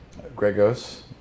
Gregos